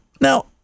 now